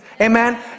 Amen